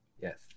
Yes